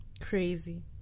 Crazy